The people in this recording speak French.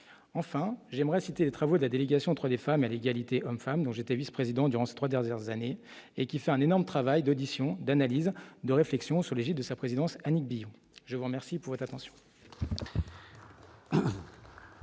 enfin j'aimerais citer les travaux de la délégation entre les femmes et l'égalité homme femme dont j'étais vice-président durant ces 3 dernières années et qui fait un énorme travail d'audition d'analyse, de réflexion sur la vie de sa présidence, Annick Billon, je vous remercie pour être attention.